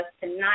tonight